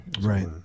Right